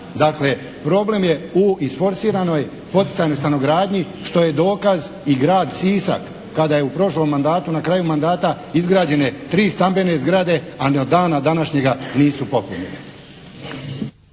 Dakle, problem je u isforsiranoj poticajnoj stanogradnji što je dokaz i grad Sisak, kada je u prošlom mandatu, na kraju mandata izgrađene tri stambene zgrade, a do dana današnjega nisu …/Govornik